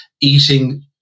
eating